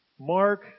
Mark